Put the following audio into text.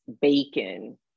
bacon